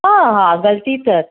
हा हा ग़लती त